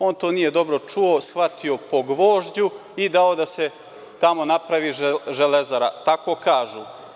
On to nije dobro čuo, shvatio po gvožđu i dao da se tamo napravi „Železara“, tako kažu.